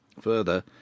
Further